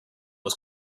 was